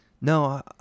No